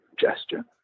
gesture